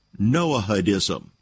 Noahidism